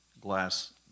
glass